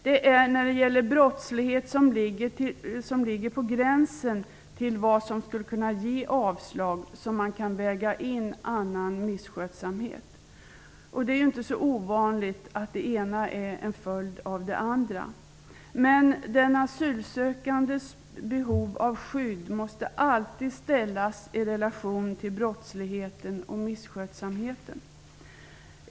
Det är när det gäller brottslighet som ligger på gränsen till vad som skulle kunna ge avslag på en ansökan som kan man väga in annan misskötsamhet. Det är ju inte så ovanligt att det ena är en följd av det andra. Men den asylsökandes behov av skydd måste alltid ställas i relation till brottsligheten och misskötsamheten.